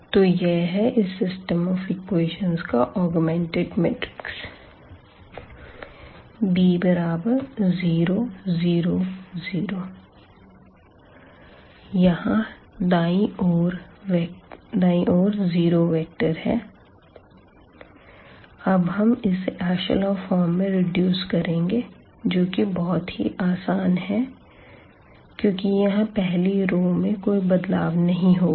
तो यह है इस सिस्टम ऑफ इक्वेशंस का ऑगमेंटेड मैट्रिक्स b0 0 0 यहां दायीं ओर 0 वेक्टर है अब हम इसे एशलों फॉर्म में रेड्यूस करेंगे जो कि बहुत ही आसान है क्योंकि यहां पहली रो में कोई बदलाव नहीं होगा